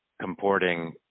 comporting